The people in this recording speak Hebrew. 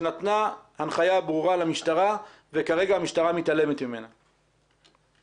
היא לא נכונה גם ואני מבקש להמשיך --- היא נכונה מאוד.